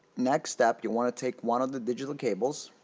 next step, you want to take one of the digital cables